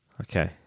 Okay